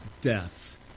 Death